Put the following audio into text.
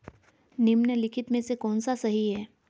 निम्नलिखित में से कौन सा सही है?